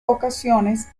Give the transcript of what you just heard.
ocasiones